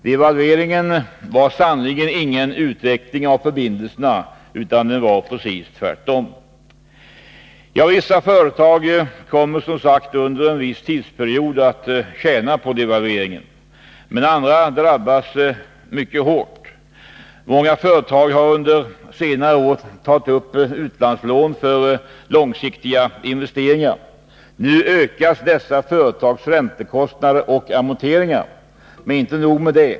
Devalveringen var sannerligen ingen utveckling av förbindelserna utan precis tvärtom. Vissa företag kommer, som sagt, under en viss tidsperiod att tjäna på devalveringen. Men andra drabbas mycket hårt. Många företag har under senare år tagit upp utlandslån för långsiktiga investeringar. Nu ökas dessa företags räntekostnader och amorteringar. Men inte nog med det.